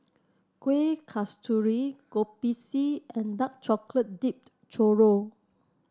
Kuih Kasturi Kopi C and Dark Chocolate Dipped Churro